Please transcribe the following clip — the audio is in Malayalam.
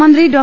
മന്ത്രി ഡോ